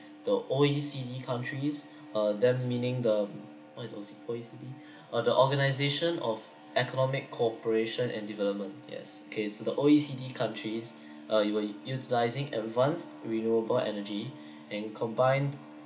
the O_E_C_D countries uh them meaning the what is O_C O_E_C_D uh the organisation of economic cooperation and development yes case the O_E_C_D countries uh will utilising advanced renewable energy and combined